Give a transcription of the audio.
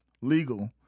legal